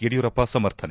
ಯಡಿಯೂರಪ್ಪ ಸಮರ್ಥನೆ